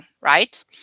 right